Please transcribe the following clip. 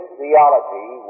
theology